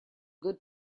good